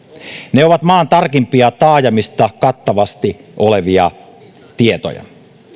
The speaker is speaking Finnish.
ne ovat maan tarkimpia taajamista kattavasti olemassa olevia tietoja